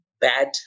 bad